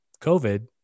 COVID